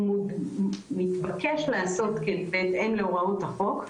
הוא מתבקש לעשות כן בהתאם להוראות החוק,